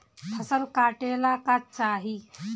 फसल काटेला का चाही?